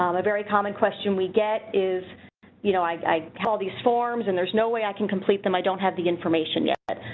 um a very common question we get is you know i tell these forms and there's no way i can complete them i don't have the information yet.